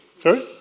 Sorry